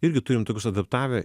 irgi turim tokius adaptavę